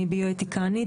אני ביואתיקנית,